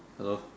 hello